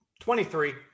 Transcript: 23